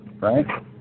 right